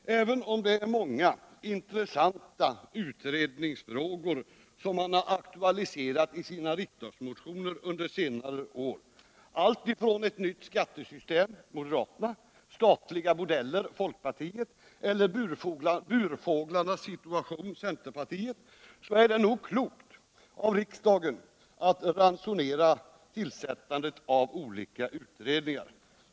Även om det är många intressanta utredningsfrågor som man aktualiserat i sina riksdagsmotioner under senare år, alltifrån nytt skattesystem , statliga bordeller eller burfåglarnas situation , så är det nog klokt av riksdagen att ransonera tillsättandet av olika utredningar.